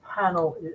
panel